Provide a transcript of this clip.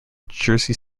jersey